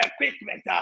equipment